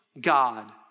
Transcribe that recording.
God